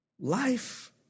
Life